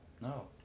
no